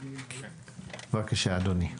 בבקשה, אדוני.